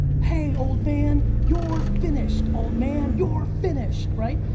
hey, old man, you're finished, old man, you're finished, right?